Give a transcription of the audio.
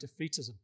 defeatism